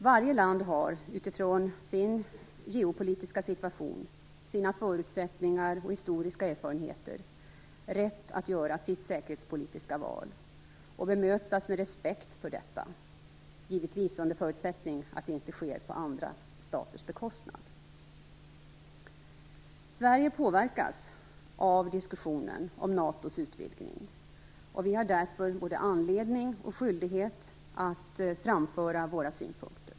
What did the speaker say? Varje land har utifrån sin geopolitiska situation, sina förutsättningar och historiska erfarenheter rätt att göra sitt säkerhetspolitiska val och bemötas med respekt för detta, givetvis under förutsättning att det inte sker på andra staters bekostnad. Sverige påverkas av diskussionen om NATO:s utvidgning, och vi har därför både anledning och skyldighet att framföra våra synpunkter.